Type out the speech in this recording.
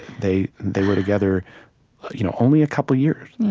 they they were together you know only a couple years,